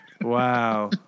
Wow